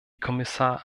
kommissar